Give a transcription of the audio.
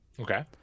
Okay